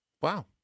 wow